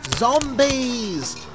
Zombies